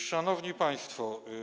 Szanowni Państwo!